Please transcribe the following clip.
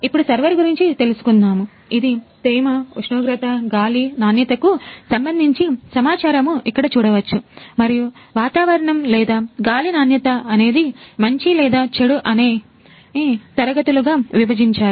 ఇప్పుడు సర్వర్ గురించి తెలుసుకుందాము ఇది తేమ ఉష్ణోగ్రత గాలి నాణ్యత కు సంబంధించి సమాచారము ఇక్కడ చూడవచ్చు మరియు వాతావరణం లేదా గాలి నాణ్యత అనేది మంచి లేదా చెడు అనే తరగతులు గా విభజించారు